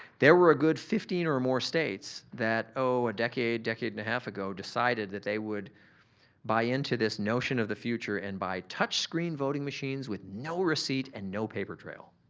there were a good fifteen or more states that oh, a decade, decade and a half ago decided that they would buy into this notion of the future and buy touch screen voting machines with no receipt and no paper trail.